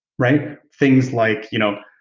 right? things like you know